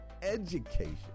education